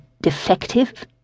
defective